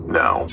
now